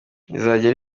rizajya